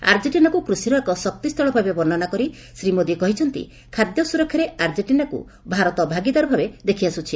ଆର୍ଜେଣ୍ଟିନାକୁ କୃଷିର ଏକ ଶକ୍ତି ସ୍ଥଳ ଭାବେ ବର୍ଷ୍ଣନା କରି ଶ୍ରୀ ମୋଦି କହିଛନ୍ତି ଖାଦ୍ୟ ସୁରକ୍ଷାରେ ଆର୍ଜେଣ୍ଟିନାକୁ ଭାରତ ଭାଗିଦାରଭାବେ ଦେଖିଆସ୍କୁଛି